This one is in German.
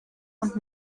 und